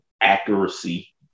accuracy